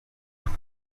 hose